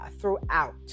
throughout